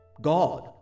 God